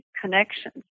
connections